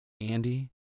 Andy